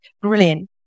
Brilliant